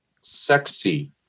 sexy